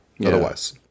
Otherwise